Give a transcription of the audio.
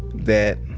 that